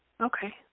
Okay